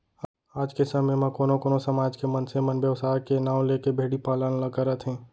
आज के समे म कोनो कोनो समाज के मनसे मन बेवसाय के नांव लेके भेड़ी पालन ल करत हें